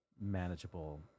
manageable